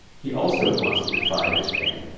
he also wants to defy this ban.